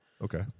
Okay